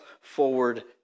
forward